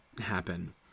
happen